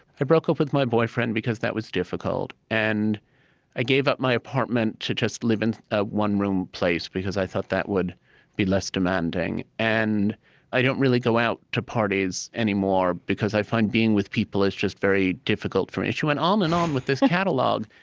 i broke up with my boyfriend, because that was difficult, and i gave up my apartment to just live in a one-room place, because i thought that would be less demanding. and i don't really go out to parties anymore, because i find being with people is just very difficult for me. she went on um and on um with this catalog,